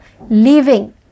leaving